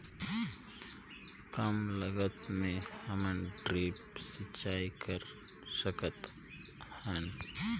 कम लागत मे हमन ड्रिप सिंचाई कर सकत हन?